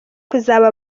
kuzaba